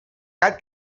gat